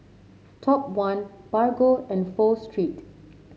Top One Bargo and Pho Street